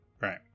right